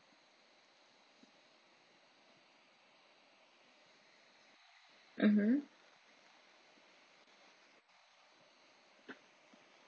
mmhmm